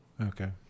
Okay